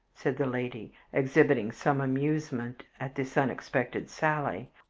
said the lady, exhibiting some amusement at this unexpected sally,